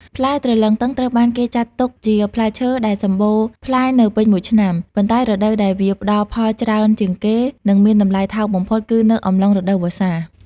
ផ្លែទ្រលឹងទឹងត្រូវបានគេចាត់ទុកជាផ្លែឈើដែលសម្បូរផ្លែនៅពេញមួយឆ្នាំ ប៉ុន្តែរដូវដែលវាផ្ដល់ផលច្រើនជាងគេ និងមានតម្លៃថោកបំផុតគឺនៅអំឡុង រដូវវស្សា។